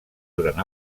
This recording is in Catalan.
durant